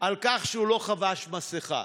על כך שהוא לא חבש מסכה.